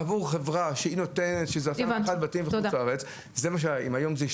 עבור חברה שהיא נותנת שמפענחת עבור בתי חולים בחוץ לארץ.